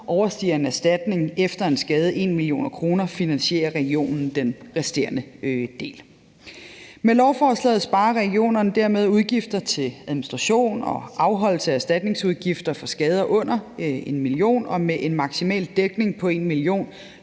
Overstiger en erstatning efter en skade 1 mio. kr., finansierer regionen den resterende del. Med lovforslaget sparer regionerne dermed udgifter til administration og afholdelse af erstatningsudgifter for skader under 1 mio. kr., og med en maksimal dækning på 1 mio. kr.